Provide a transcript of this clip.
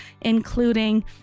including